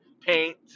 paint